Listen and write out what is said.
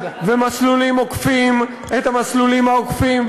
ומסלולים עוקפים את המסלולים העוקפים,